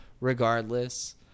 regardless